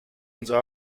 unser